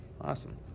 awesome